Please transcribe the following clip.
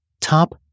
top